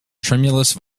tremulous